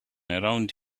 around